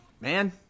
Man